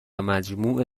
مجموع